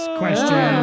question